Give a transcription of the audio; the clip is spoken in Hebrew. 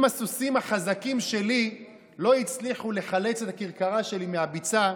אם הסוסים החזקים שלי לא הצליחו לחלץ את הכרכרה שלי מהביצה,